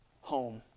home